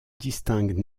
distinguent